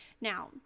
Now